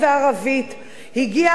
אותי מגייסים.